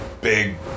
big